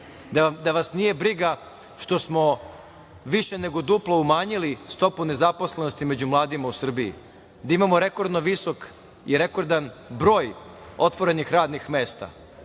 da vas nije briga što smo više nego duplo umanjili stopu nezaposlenosti među mladima u Srbiji, da imamo rekordno visok i rekordan broj otvorenih radnih mesta,